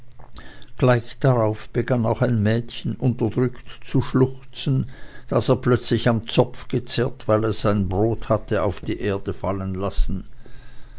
gleich darauf begann auch ein mädchen unterdrückt zu schluchzen das er plötzlich am zopf gezerrt weil es sein brot hatte auf die erde fallen lassen